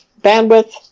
bandwidth